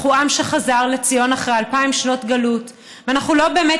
אנחנו עם שחזר לציון אחרי אלפיים שנות גלות ואנחנו לא באמת